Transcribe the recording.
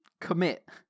commit